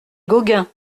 gauguin